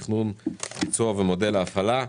תכנון, ביצוע ומודל הפעלה.